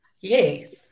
Yes